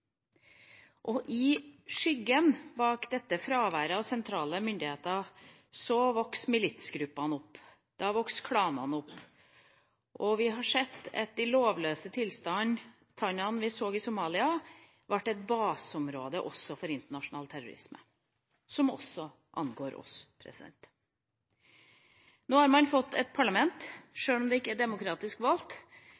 i 2012. I skyggen, bak dette fraværet av sentrale myndigheter, vokste militsgruppene opp, da vokste klanene opp. Vi har sett at de lovløse tilstandene vi så i Somalia, skapte et baseområde også for internasjonal terrorisme, noe som også angår oss. Nå har man fått et parlament,